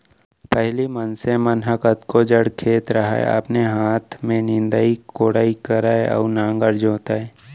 पहिली मनसे मन ह कतको जड़ खेत रहय अपने हाथ में निंदई कोड़ई करय अउ नांगर जोतय